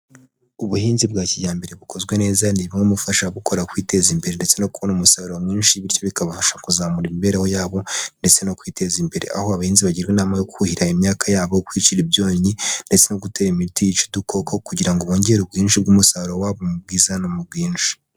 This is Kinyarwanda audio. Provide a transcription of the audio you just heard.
Ubuhinzi bwa kijyambere bukozwe neza ni bumwe mubufasha gukora kwiteza imbere ndetse no kubona umusaruro mwinshi bityo bikabafasha kuzamura imibereho yabo, ndetse no kwiteza imbere. Aho abahinzi bagira inama yo kuhira imyaka yabo, kwicira ibyonnyi, ndetse no gutera imiti yica udukoko kugira ngo bongere ubwinshi bw'umusaruro wabo mu bwiza no mu bwinshi.